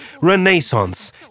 Renaissance